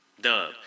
duh